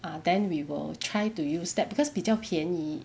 ah then we will try to use that because 比较便宜